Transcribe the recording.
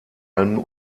allem